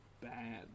bad